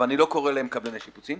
אבל אני לא קורא להם קבלני שיפוצים,